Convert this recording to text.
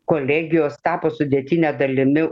kolegijos tapo sudėtine dalimi